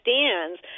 stands